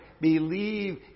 believe